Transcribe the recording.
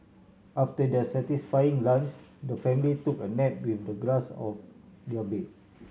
after their satisfying lunch the family took a nap with the grass of their bed